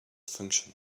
function